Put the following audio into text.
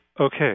okay